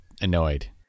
annoyed